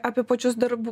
apie pačius darb